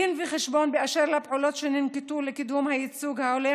דין וחשבון באשר לפעולות שננקטו לקידום הייצוג ההולם